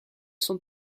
sont